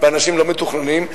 ואנשים לא מתוכננים,